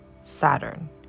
Saturn